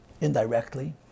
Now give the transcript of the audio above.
indirectly